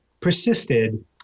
persisted